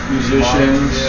Musicians